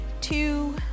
two